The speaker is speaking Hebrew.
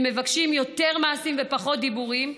הם מבקשים יותר מעשים ופחות דיבורים,